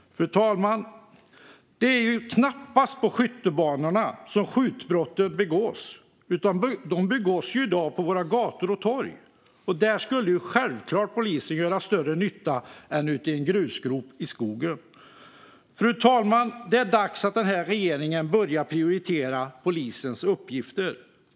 Fru talman! Det är knappast på skjutbanorna som skjutbrotten begås, utan de begås i dag på våra gator och torg. Där skulle polisen självklart göra större nytta än i en grusgrop ute i skogen. Fru talman! Det är dags att den här regeringen börjar prioritera polisens uppgifter.